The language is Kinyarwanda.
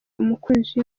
umukunzi